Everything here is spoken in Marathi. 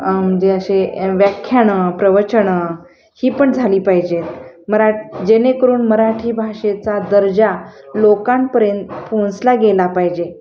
म्हणजे असे व्याख्यान प्रवचन ही पण झाली पाहिजेत मरा जेणेकरून मराठी भाषेचा दर्जा लोकांपर्यंत पोहचला गेला पाहिजे